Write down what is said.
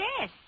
yes